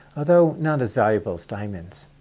although not as valuable as diamonds.